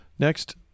Next